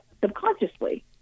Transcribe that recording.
subconsciously